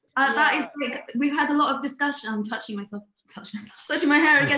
that is we've had a lot of discussion i'm touching myself touching my hair again.